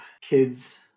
kids